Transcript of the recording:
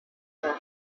for